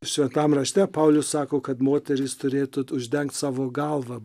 šventam rašte paulius sako kad moterys turėtų uždengt savo galvą